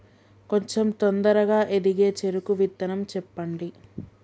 కొంచం తొందరగా ఎదిగే చెరుకు విత్తనం చెప్పండి?